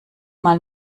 mal